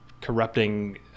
corrupting